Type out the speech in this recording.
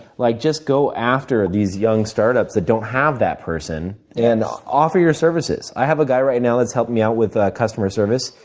like just go after these young startups that don't have that person, and offer your services. i have a guy right now that's helping me out with ah customer service.